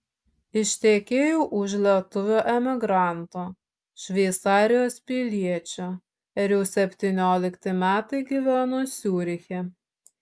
ištekėjau už lietuvio emigranto šveicarijos piliečio ir jau septyniolikti metai gyvenu ciuriche